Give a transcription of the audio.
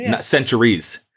centuries